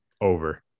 Over